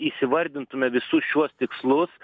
įsivardintume visus šiuos tikslus